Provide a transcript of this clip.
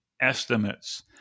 estimates